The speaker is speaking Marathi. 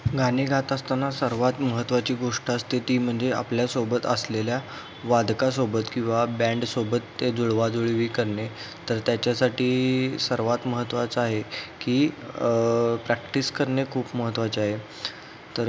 गाणी गात असताना सर्वात महत्त्वाची गोष्ट असते ती म्हणजे आपल्यासोबत असलेल्या वादकासोबत किंवा बँडसोबत ते जुळवाजुळवी करणे तर त्याच्यासाठी सर्वात महत्त्वाचं आहे की प्रॅक्टिस करणे खूप महत्त्वाचं आहे तर